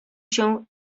się